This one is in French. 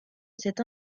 cette